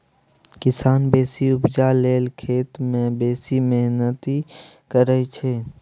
किसान बेसी उपजा लेल खेत मे बेसी मेहनति करय छै